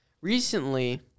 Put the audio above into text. Recently